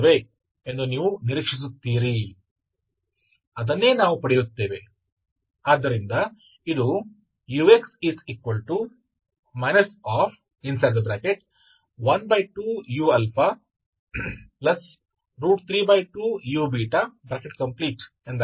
तो इनके संदर्भ में आप उम्मीद करते हैं कि यह विहित रूप बन जाएगा uααu ββनिम्न क्रम की शर्तें जो कि हम इसे प्राप्त करेंगे